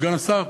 סגן השר,